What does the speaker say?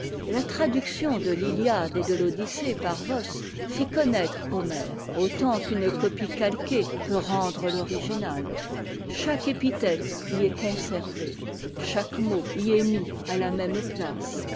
la traduction de l'iliade et de t'odyssée par voss fit connaître homère autant qu'une copie calquée peut rendre l'original chaque épithète y est conservée chaque mot y est mis àiamêmepiace et